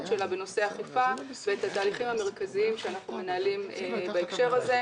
שלה בנושא אכיפה ואת התהליכים המרכזיים שאנחנו מנהלים בהקשר הזה,